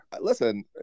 Listen